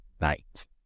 night